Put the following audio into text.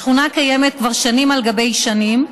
השכונה כבר קיימת שנים על גבי שנים,